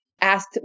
asked